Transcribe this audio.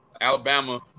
Alabama